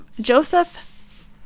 Joseph